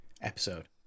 episode